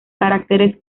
caracteres